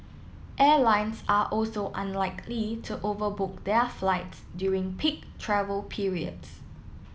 airlines are also unlikely to overbook their flights during peak travel periods